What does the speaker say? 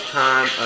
time